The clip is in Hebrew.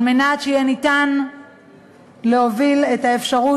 על מנת שיהיה ניתן להוביל את האפשרות